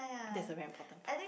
that's a very important part